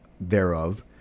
thereof